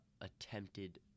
attempted